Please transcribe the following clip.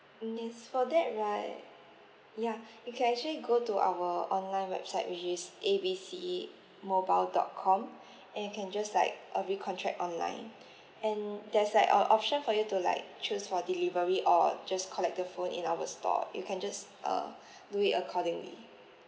mm yes for that right ya you can actually go to our online website which is A B C mobile dot com and you can just like uh recontract online and there's like uh option for you to like choose for delivery or just collect the food in our store you can just err do it accordingly